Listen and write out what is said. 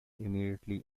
immediately